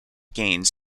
gains